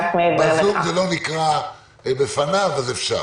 הן לא מתאימות לחוק-יסוד.